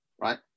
right